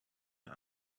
wer